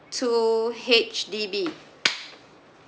two H_D_B